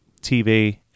TV